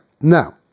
Now